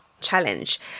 Challenge